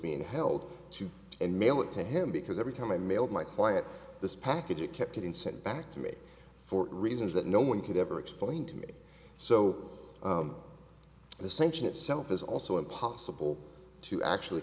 being held to and mail it to him because every time i mailed my client this package it kept getting sent back to me for reasons that no one could ever explain to me so the sanction itself is also impossible to actually